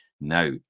Now